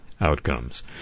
outcomes